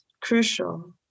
crucial